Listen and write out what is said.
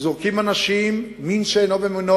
שזורקים אנשים, מין בשאינו מינו